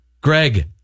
Greg